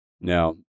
Now